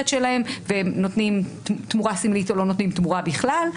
שלהם ונותנים תמורה סמלית או לא נותנים תמורה בכלל,